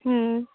ఆ